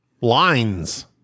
lines